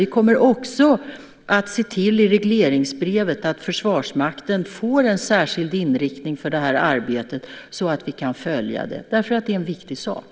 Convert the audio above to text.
Vi kommer i regleringsbrevet att se till att Försvarsmakten får en särskild inriktning för det här arbetet, så att vi kan följa det, därför att det är en viktig sak.